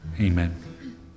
Amen